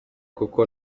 kuko